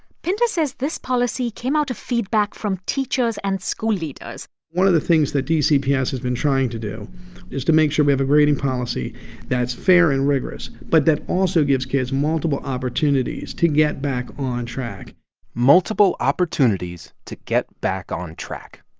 pinder says this policy came out of feedback from teachers and school leaders one of the things that dcps has been trying to do is to make sure we have a grading policy that's fair and rigorous but that also gives kids multiple opportunities to get back on track multiple opportunities to get back on track.